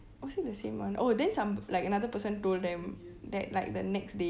was it the same one oh then some like another person told them that like the next day